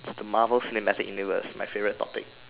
the Marvel cinematic universe my favorite topic